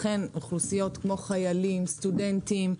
לכן אוכלוסיות כמו חיילים או סטודנטים,